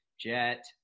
Jet